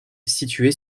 située